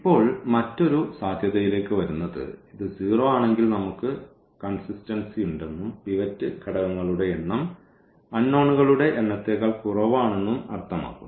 ഇപ്പോൾ മറ്റൊരു സാധ്യതയിലേക്ക് വരുന്നത് ഇത് 0 ആണെങ്കിൽ നമുക്ക് കൺസിസ്റ്റൻസിയുണ്ടെന്നും പിവറ്റ് ഘടകങ്ങളുടെ എണ്ണം അൺനോണുകളുടെ എണ്ണത്തേക്കാൾ കുറവാണെന്നും അർത്ഥമാക്കുന്നു